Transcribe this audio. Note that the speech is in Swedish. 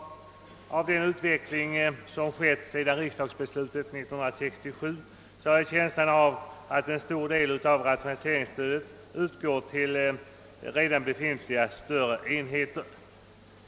Jag har en känsla av att sedan riksdagsbeslutet 1967 en stor del av rationaliseringsstödet utgår till redan befintliga större enheter.